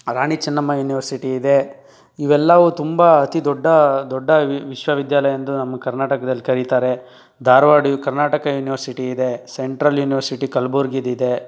ರಾಣಿ Chennamma university ಇದೆ ಇವೆಲ್ಲವೂ ತುಂಬ ಅತಿ ದೊಡ್ಡ ದೊಡ್ಡ ವಿಶ್ವವಿದ್ಯಾಲಯ ಎಂದು ನಮ್ಮ ಕರ್ನಾಟಕ್ದಲ್ಲಿ ಕರೀತಾರೆ ಧಾರವಾಡ ಯು ಕರ್ನಾಟಕ ಯೂನಿವರ್ಸಿಟಿ ಇದೆ ಸೆಂಟ್ರಲ್ ಯೂನಿವರ್ಸಿಟಿ ಕಲ್ಬುರ್ಗಿದಿದೆ